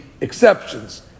exceptions